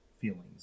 feelings